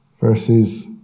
verses